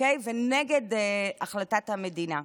ונגד החלטת המדינה.